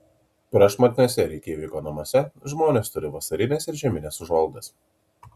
prašmatniuose reikjaviko namuose žmonės turi vasarines ir žiemines užuolaidas